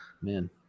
Man